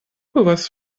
povas